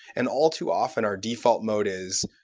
and all too often, our default mode is,